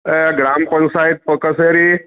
એ ગ્રામફોસાઈ ફોટોસએરી